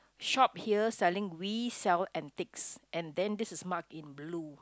shop here selling we sell antiques and then this is marked in blue